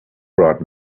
brought